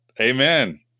Amen